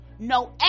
No